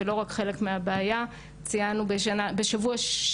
שיש הרבה מה לעשות כדי להעזר בטכנולוגיה.